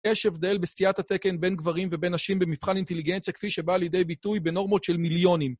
יש הבדל בסתיית התקן בין גברים ובין נשים במבחן אינטליגנציה כפי שבא לידי ביטוי בנורמות של מיליונים.